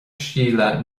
síle